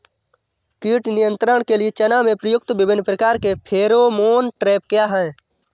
कीट नियंत्रण के लिए चना में प्रयुक्त विभिन्न प्रकार के फेरोमोन ट्रैप क्या है?